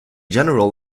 general